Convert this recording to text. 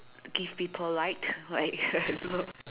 give people like like I don't know